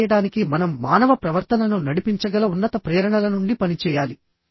అలా చేయడానికి మనం మానవ ప్రవర్తనను నడిపించగల ఉన్నత ప్రేరణల నుండి పనిచేయాలి